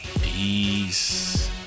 Peace